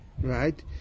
right